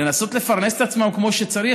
לנסות לפרנס את עצמם כמו שצריך.